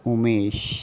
Umesh